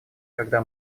когда